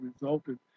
resulted